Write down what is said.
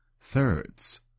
thirds